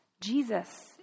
jesus